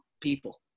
people